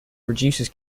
reduces